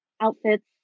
outfits